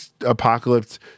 apocalypse